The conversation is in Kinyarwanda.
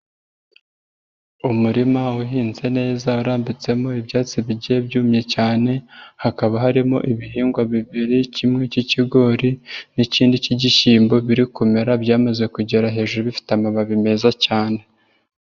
Umurima uhinze neza urambitsemo ibyatsi bigiye byumye cyane hakaba harimo ibihingwa bibiri kimwe k'ikigori n'ikindi k'igishyimbo biri kumera byamaze kugera hejuru bifite amababi meza cyane.